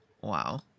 Wow